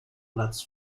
platz